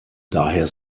daher